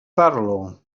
parlo